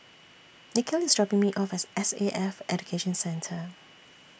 Nikhil IS dropping Me off At The S A F Education Centre